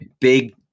big